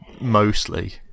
mostly